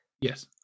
yes